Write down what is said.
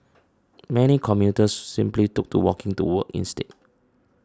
many commuters simply took to walking to work instead